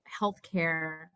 healthcare